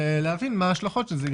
ולהבין מה ההשלכות של זה.